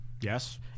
Yes